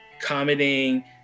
commenting